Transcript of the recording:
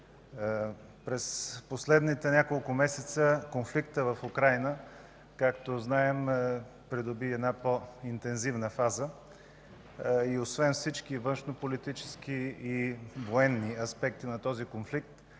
През последните няколко месеца конфликтът в Украйна, както знаем, придоби по-интензивна фаза и освен всички външнополитически и военни аспекти на този конфликт,